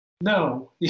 no